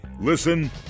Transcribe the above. Listen